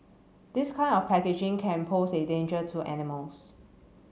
this kind of packaging can pose a danger to animals